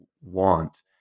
want